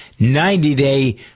90-day